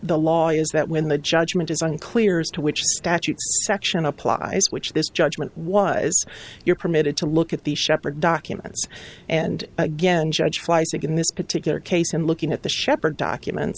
the law is that when the judgment is unclear as to which statute section applies which this judgment was your permitted to look at the shepherd documents and again judge fleisig in this particular case and looking at the shepherd documents